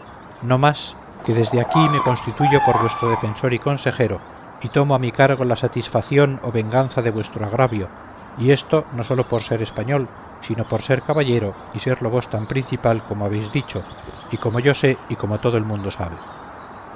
no más que desde aquí me constituyo por vuestro defensor y consejero y tomo a mi cargo la satisfación o venganza de vuestro agravio y esto no sólo por ser español sino por ser caballero y serlo vos tan principal como habéis dicho y como yo sé y como todo el mundo sabe